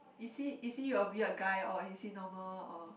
is he is he a weird guy or is he normal or